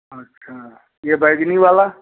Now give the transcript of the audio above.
अच्छा यह बैंगनी वाला